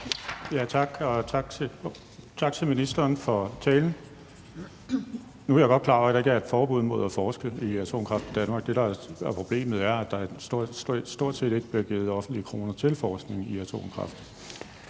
Tak. Og tak til ministeren for talen. Nu er jeg godt klar over, at der ikke er et forbud mod at forske i atomkraft i Danmark. Det, der er problemet, er, at der stort set ikke bliver givet offentlige kroner til forskning i atomkraft.